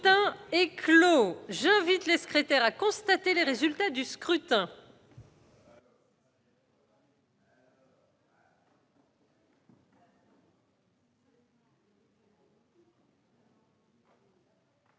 Le scrutin est clos. J'invite Mmes et MM. les secrétaires à constater le résultat du scrutin.